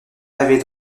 avait